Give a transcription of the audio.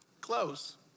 Close